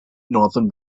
northern